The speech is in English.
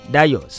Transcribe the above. Dayo